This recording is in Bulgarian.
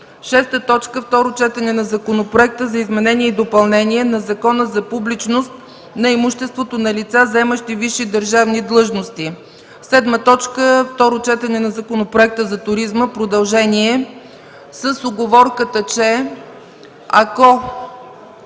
цени. 6. Второ четене на Законопроекта за изменение и допълнение на Закона за публичност на имуществото на лица, заемащи висши държавни длъжности. 7. Второ четене на Законопроекта за туризма – продължение.” Уговорката е, че ако